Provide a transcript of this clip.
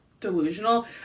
delusional